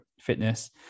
fitness